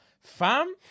Fam